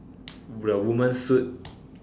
the woman suit